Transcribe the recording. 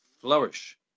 flourish